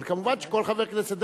אבל מובן שכל חבר כנסת,